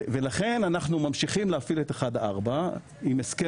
ולכן אנחנו ממשיכים להפעיל את 1-4 בהסכם